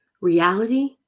reality